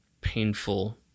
painful